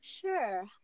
Sure